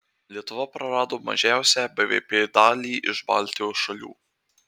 lietuva prarado mažiausią bvp dalį iš baltijos šalių